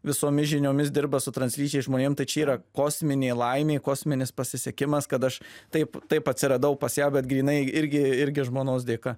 visomis žiniomis dirba su translyčiais žmonėm tai čia yra kosminė laimė kosminis pasisekimas kad aš taip taip atsiradau pas ją bet grynai irgi irgi žmonos dėka